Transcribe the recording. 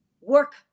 work